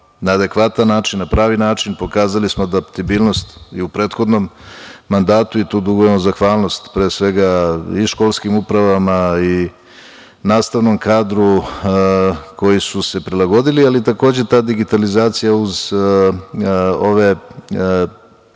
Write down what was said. na adekvatan način, na pravi način. Pokazali smo da i u prethodnom mandatu dugujemo zahvalnost pre svega i školskim upravama i nastavnom kadru koji su se prilagodili, ali takođe ta digitalizacija uz ove